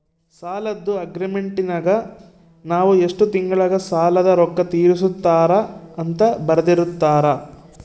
ಸಾಲದ್ದು ಅಗ್ರೀಮೆಂಟಿನಗ ನಾವು ಎಷ್ಟು ತಿಂಗಳಗ ಸಾಲದ ರೊಕ್ಕ ತೀರಿಸುತ್ತಾರ ಅಂತ ಬರೆರ್ದಿರುತ್ತಾರ